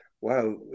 wow